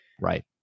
right